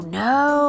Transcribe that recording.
no